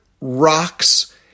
rocks